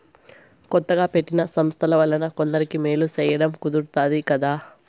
కొత్తగా పెట్టిన సంస్థల వలన కొందరికి మేలు సేయడం కుదురుతాది కదా